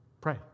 Pray